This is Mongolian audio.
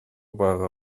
байгаа